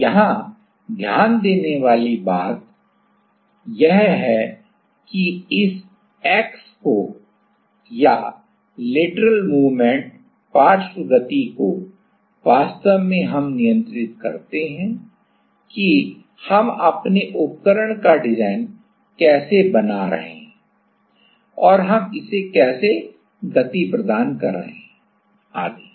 और यहां ध्यान देने वाली 1 बात यह है कि इस x को है या lateral movement पार्श्व गति को वास्तव में हम नियंत्रित करते हैं कि हम अपने उपकरण का डिजाइन कैसे बना रहे हैं और हम इसे कैसे गति प्रदान कर रहे हैं आदि